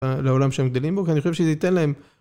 לעולם שהם גדלים בו, כי אני חושב שזה ייתן להם...